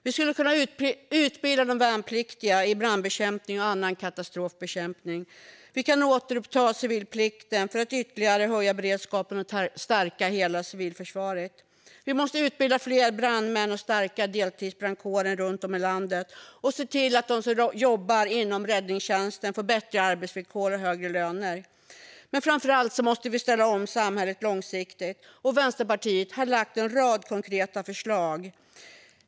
Vi skulle kunna utbilda de värnpliktiga i brandbekämpning och annan katastrofbekämpning. Vi kan återuppta civilplikten för att ytterligare höja beredskapen och stärka hela civilförsvaret. Vi måste utbilda fler brandmän och stärka deltidsbrandkåren runt om i landet och se till att de som jobbar inom räddningstjänsten får bättre arbetsvillkor och högre löner. Framför allt måste vi ställa om samhället långsiktigt. Vänsterpartiet har lagt fram en rad konkreta förslag.